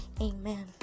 Amen